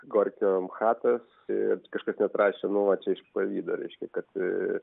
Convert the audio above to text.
gorkio mchatas ir kažkas net rašė nu va čia pavydo reiškia kad